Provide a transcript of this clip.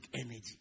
energy